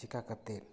ᱪᱤᱠᱟᱹ ᱠᱟᱛᱮᱫ ᱚᱠᱟ